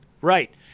right